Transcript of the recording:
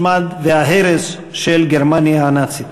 השמד וההרס של גרמניה הנאצית.